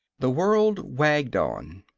the world wagged on.